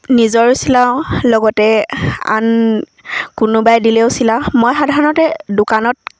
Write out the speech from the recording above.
নিজৰো চিলাওঁ লগতে আন কোনোবাই দিলেও চিলাওঁ মই সাধাৰণতে দোকানত